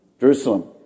Jerusalem